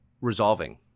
resolving